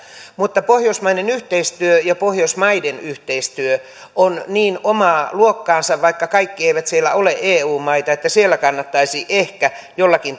mutta pohjoismainen yhteistyö ja pohjoismaiden yhteistyö on niin omaa luokkaansa vaikka kaikki eivät ole eu maita että siellä kannattaisi ehkä jollakin